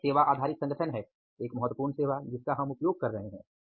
यह एक सेवा आधारित संगठन है एक महत्वपूर्ण सेवा जिसका हम उपयोग कर रहे हैं